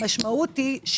המשמעות היא,